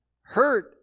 hurt